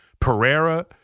Pereira